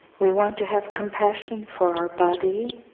we want to have compassion for our body,